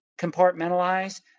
compartmentalize